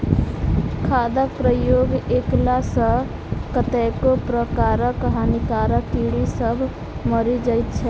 खादक प्रयोग कएला सॅ कतेको प्रकारक हानिकारक कीड़ी सभ मरि जाइत छै